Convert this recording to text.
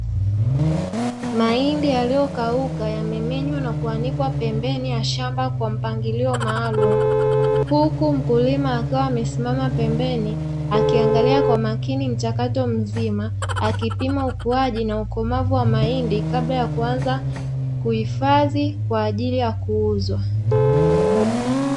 Mahindi yaliyokauka yamemenywa na kuanikwa pembeni ya shamba kwa mpangilio maalum huku mkulima akiwa amesimama pembeni, akiangalia kwa makini mchakato mzima akipima ukuaji na ukomavu wa mahindi kabla ya kuanza kuhifadhi kwa ajili ya kuuzwa.